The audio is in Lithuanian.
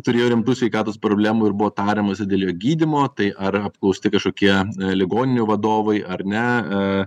turėjo rimtų sveikatos problemų ir buvo tariamasi dėl jo gydymo tai ar apklausti kažkokie ligoninių vadovai ar ne e